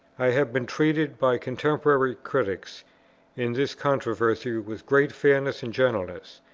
i have been treated by contemporary critics in this controversy with great fairness and gentleness,